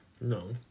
No